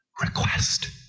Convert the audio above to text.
request